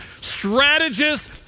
strategist